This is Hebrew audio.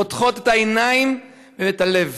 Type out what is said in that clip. פותחות את העיניים ואת הלב.